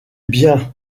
bien